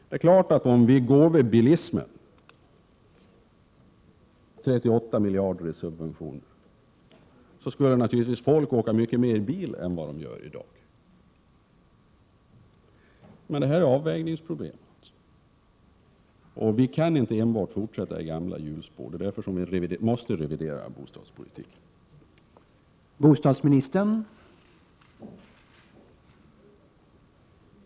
Det är självklart att om man gav 38 miljarder i subventioner till bilismen, skulle folk naturligtvis åka bil mycket mer än vad man gör i dag. Detta är ett avvägningsproblem, men vi kan inte enbart fortsätta i gamla hjulspår. Därför måste bostadspolitiken revideras.